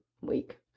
week